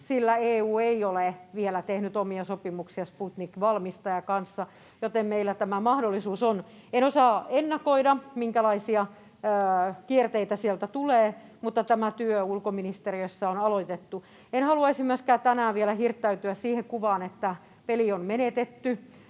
sillä EU ei ole vielä tehnyt omia sopimuksia Sputnik-valmistajan kanssa, joten meillä tämä mahdollisuus on. En osaa ennakoida, minkälaisia kierteitä sieltä tulee, mutta tämä työ ulkoministeriössä on aloitettu. En haluaisi myöskään tänään vielä hirttäytyä siihen kuvaan, että peli on menetetty.